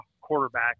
quarterback